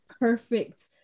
perfect